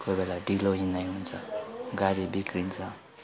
कोही बेला ढिलो हिँडाइ हुन्छ गाडी बिग्रिन्छ